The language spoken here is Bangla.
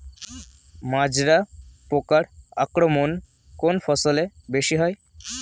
মাজরা পোকার আক্রমণ কোন ফসলে বেশি হয়?